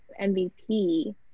MVP